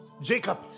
Jacob